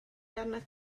arnat